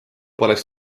poleks